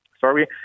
sorry